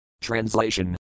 Translation